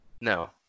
No